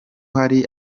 hari